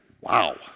wow